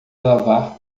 lavar